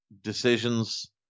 decisions